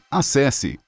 acesse